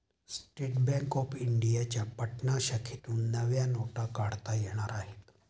state Bank of इंडियाच्या पटना शाखेतून नव्या नोटा काढता येणार आहेत